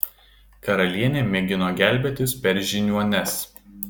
karalienė mėgino gelbėtis per žiniuones